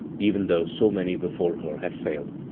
even though so many before her had failed.